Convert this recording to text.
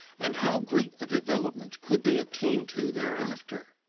and how great a development could they attain to thereafter?